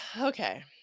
Okay